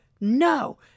no